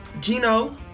Gino